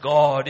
God